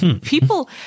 People